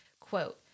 quote